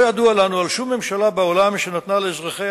לא ידוע לנו על שום ממשלה בעולם שנתנה לאזרחיה